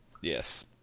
Yes